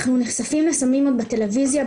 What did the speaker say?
אנחנו נחשפים לסמים בטלוויזיה,